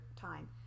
time